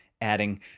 adding